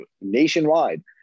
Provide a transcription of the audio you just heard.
nationwide